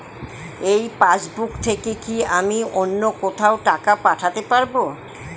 এই পাসবুক থেকে কি আমি অন্য কোথাও টাকা পাঠাতে পারব?